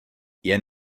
jen